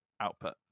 output